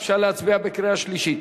אפשר להצביע בקריאה שלישית?